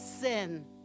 sin